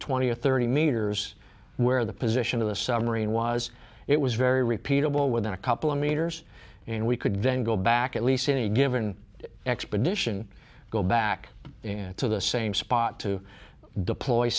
twenty or thirty metres where the position of the submarine was it was very repeatable within a couple of meters and we could then go back at least any given expedition go back to the same spot to deploy